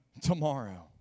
tomorrow